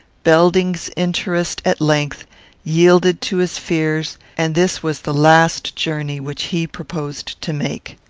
belding's interest at length yielded to his fears, and this was the last journey which he proposed to make.